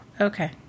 Okay